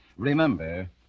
Remember